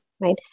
right